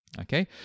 okay